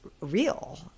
real